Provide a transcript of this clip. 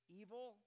evil